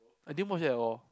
I didn't watch that at all